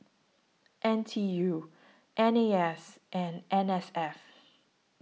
N T U N A S and N S F